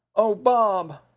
oh, bob!